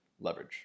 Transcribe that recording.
leverage